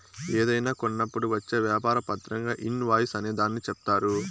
ఏదైనా కొన్నప్పుడు వచ్చే వ్యాపార పత్రంగా ఇన్ వాయిస్ అనే దాన్ని చెప్తారు